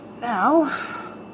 now